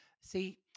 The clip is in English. See